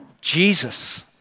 Jesus